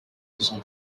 session